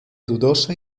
dudosa